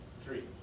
Three